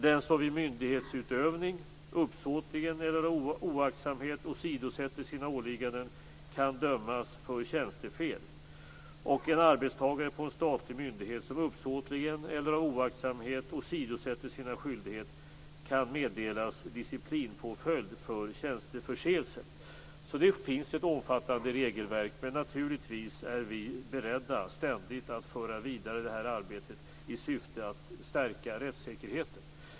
Den som vid myndighetsutövning uppsåtligen eller av oaktsamhet åsidosätter sina åligganden kan dömas för tjänstefel. En arbetstagare på en statlig myndighet som uppsåtligen eller av oaktsamhet åsidosätter sina skyldigheter kan meddelas disciplinpåföljd för tjänsteförseelse. Det finns ett omfattande regelverk. Men naturligtvis är vi ständigt beredda att föra vidare arbetet i syfte att stärka rättssäkerheten.